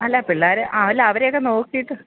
അല്ല പിള്ളേർ ആ അല്ല അവരെയൊക്കെ നോക്കിയിട്ട്